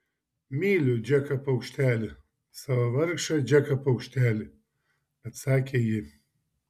myliu džeką paukštelį savo vargšą džeką paukštelį atsakė ji